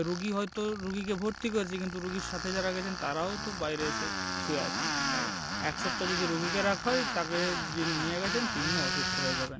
রুগি হয়তো রুগিকে ভর্তি করেছে কিন্তু রুগির সাথে যারা গেছেন তারাও তো বাইরে এসে শুয়ে আছেন তো মানে এক সপ্তাহ যদি রুগিকে রাখা হয় তাকে যিনি নিয়ে গেছেন তিনিও অসুস্থ হয়ে যাবেন